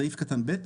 (מקריא) סעיף קטן ב',